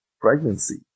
pregnancy